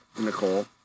Nicole